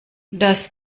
das